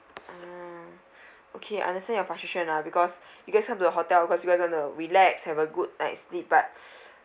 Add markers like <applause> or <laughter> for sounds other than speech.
ah okay I understand your frustration lah because you guys came to the hotel of course you guys want to relax have a good night sleep but <breath>